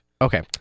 Okay